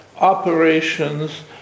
operations